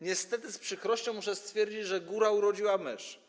Niestety z przykrością muszę stwierdzić, że góra urodziła mysz.